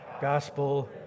gospel